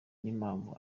n’impamvu